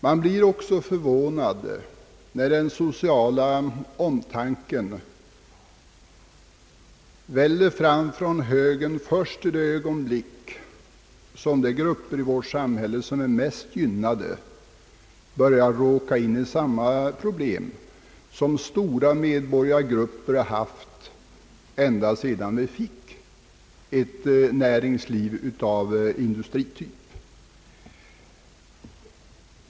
Man blir också förvånad när högerns sociala omtanke väller fram först i det ögonblick, då de mest gynnade grupperna i vårt samhälle börjar råka in i samma svårigheter som stora medborgargrupper haft att kämpa med ända sedan vi fick ett näringsliv av industrityp.